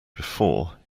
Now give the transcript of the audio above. before